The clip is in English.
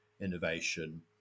innovation